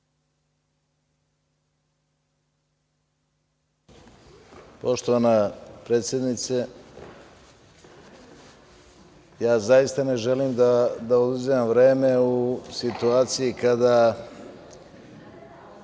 Poštovana predsednice, ja zaista ne želim da uzimam vreme u situaciji kada